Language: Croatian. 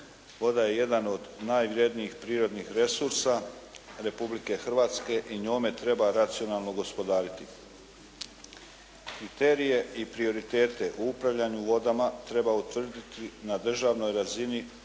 Voda je jedan od najvrjednijih prirodnih resursa Republike Hrvatske i njome treba racionalno gospodariti. Kriterije i prioritete u upravljanju vodama treba utvrditi na državnoj razini